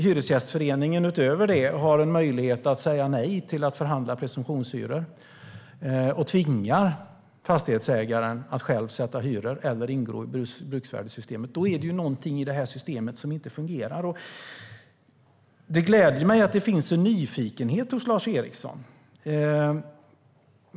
Hyresgästföreningen har utöver detta möjlighet att säga nej till att förhandla presumtionshyror och tvinga fastighetsägaren att själv sätta hyror eller ingå i bruksvärdessystemet. Då är det något i systemet som inte fungerar. Det gläder mig att det finns en nyfikenhet hos Lars Eriksson.